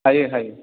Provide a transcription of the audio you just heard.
हायो हायो